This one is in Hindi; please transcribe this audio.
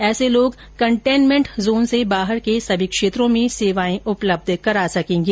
ऐसे लोग कंटेन्मेन्ट जोन से बाहर के सभी क्षेत्रों में सेवाएं उपलब्ध करा सकेंगे